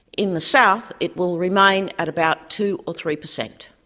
in the south, it will remain at about two or three per cent.